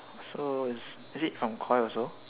so it's is it from koi also